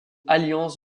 alliance